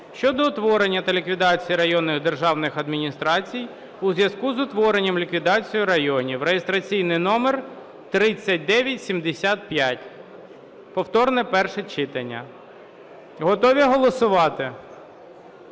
щодо утворення та ліквідації районних державних адміністрацій у зв'язку з утворенням (ліквідацією) районів (реєстраційний номер 3975), повторне перше читання. Готові голосувати?